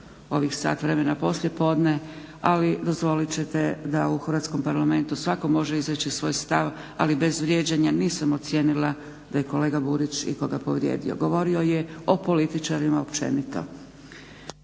ovih sat vremena poslije podne ali dozvolit ćete da u Hrvatskom parlamentu svatko može izreći svoj stav ali bez vrijeđanja nisam ocijenila da je kolega Burić ikoga povrijedio. Govorio je o političarima općenito.